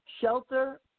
shelter